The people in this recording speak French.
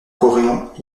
coréen